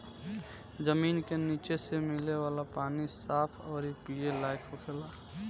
जमीन के निचे से मिले वाला पानी साफ अउरी पिए लायक होखेला